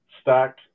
stack